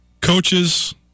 Coaches